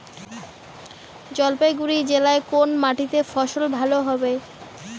জলপাইগুড়ি জেলায় কোন মাটিতে ফসল ভালো হবে?